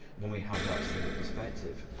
when we have that single perspective.